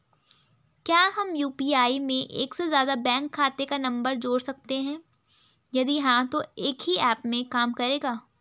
क्या हम यु.पी.आई में एक से ज़्यादा बैंक खाते का नम्बर जोड़ सकते हैं यदि हाँ तो एक ही ऐप में काम करेगा?